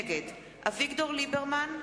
נגד אביגדור ליברמן,